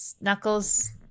Knuckles